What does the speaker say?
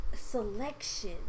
selection